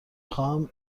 خواهم